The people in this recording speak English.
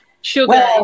sugar